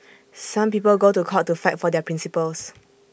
some people go to court to fight for their principles